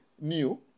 new